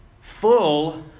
Full